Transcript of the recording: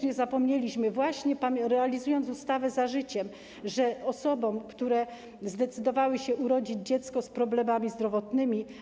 Nie zapomnieliśmy również, realizując ustawę za życiem, o osobach, które zdecydowały się urodzić dziecko z problemami zdrowotnymi.